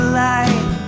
light